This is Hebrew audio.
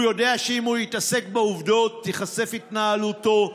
הוא יודע שאם הוא יתעסק בעובדות תיחשף התנהלותו,